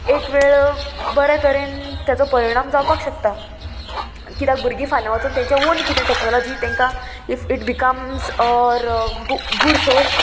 एक वेळ बरे तरेन तेचो परिणाम जावपाक शकता कित्याक भुरगीं फाल्यां वचून तेंचे ओन कितें टॅक्नोलॉजी तांकां if it becomes good source